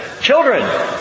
Children